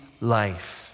life